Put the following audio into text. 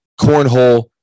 Cornhole